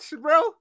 bro